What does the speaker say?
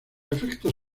efectos